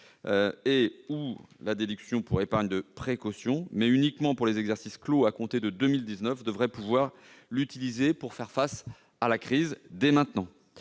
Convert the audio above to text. ou la déduction pour épargne de précaution, mais uniquement pour les exercices clos à compter de 2019, devraient pouvoir l'utiliser dès maintenant